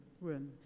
room